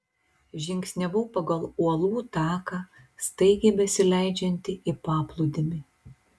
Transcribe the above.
žingsniavau pagal uolų taką staigiai besileidžiantį į paplūdimį